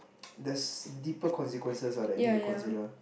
there's deeper consequences ah that you need to consider